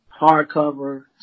hardcover